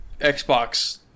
Xbox